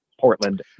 Portland